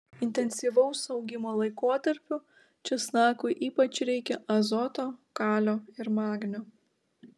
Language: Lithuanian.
intensyvaus augimo laikotarpiu česnakui ypač reikia azoto kalio ir magnio